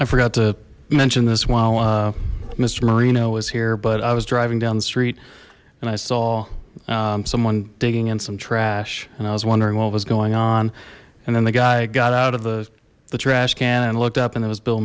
i forgot to mention this while mister moreno was here but i was driving down the street and i saw someone digging in some trash and i was wondering what was going on and then the guy got out of the the trash can and looked up and it was bill